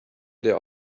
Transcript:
their